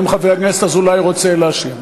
האם חבר הכנסת אזולאי רוצה להשלים?